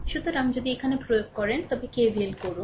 সুতরাং যদি এখানে প্রয়োগ করেন তবে KVL করুন